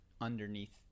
underneath